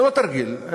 לא תרגיל,